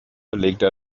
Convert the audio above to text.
belegte